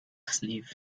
sniff